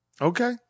Okay